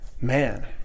man